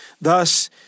Thus